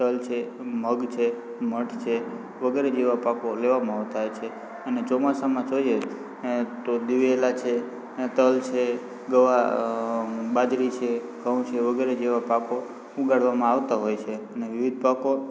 તલ છે મગ છે મઠ છે વગેરે જેવા પાકો લેવામાં આવતા હોય છે અને ચોમાસામાં જોઈએ તો દિવેલા છે તલ છે ગવા અ બાજરી છે ઘઉં છે વગેરે જેવા પાકો ઉગાડવામાં આવતા હોય છે અને વિવિધ પાકો